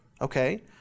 okay